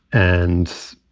and,